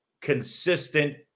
consistent